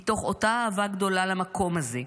מתוך אותה אהבה גדולה למקום הזה,